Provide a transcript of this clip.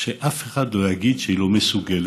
שאף אחד לא יגיד שהיא לא מסוגלת